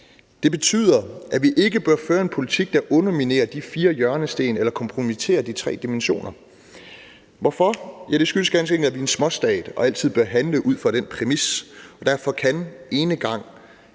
Det betyder, at vi ikke bør føre en politik, der underminerer de fire hjørnesten eller kompromitterer de tre dimensioner. Hvorfor? Ja, det skyldes ganske enkelt, at vi er en småstat og altid bør handle ud fra den præmis, og derfor kan enegang